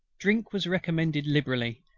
drink was recommended liberally,